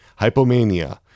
hypomania